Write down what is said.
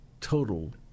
total